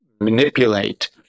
manipulate